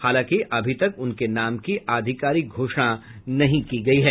हालांकि अभी तक उनके नाम की आधिकारिक घोषणा नहीं की गयी है